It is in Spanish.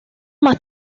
más